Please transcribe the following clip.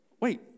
Wait